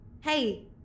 Hey